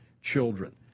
Children